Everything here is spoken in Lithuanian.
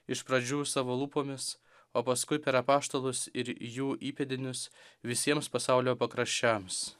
iš pradžių savo lūpomis o paskui per apaštalus ir jų įpėdinius visiems pasaulio pakraščiams